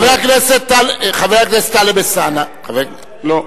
חבר הכנסת טלב אלסאנע, לא.